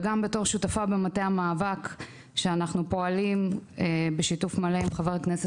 וגם בתור שותפה במטה המאבק בו אנחנו פועלים בשיתוף מלא עם חבר הכנסת